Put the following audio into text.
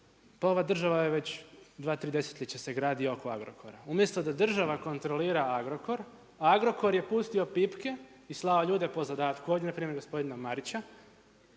pa ova država je već, 2, 3 desetljeća se gradi oko Agrokora. Umjesto da država kontrolira Agrokor, Agrokor je pustio pipke i slao ljude po zadatku ovdje, npr. gospodina Marića